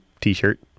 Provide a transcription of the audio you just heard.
T-shirt